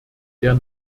der